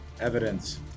Evidence